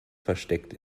versteckt